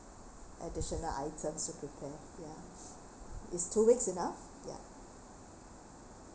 additional items to prepare ya is two weeks enough ya